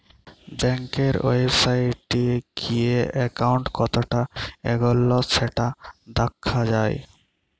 ব্যাংকের ওয়েবসাইটে গিএ একাউন্ট কতটা এগল্য সেটা দ্যাখা যায়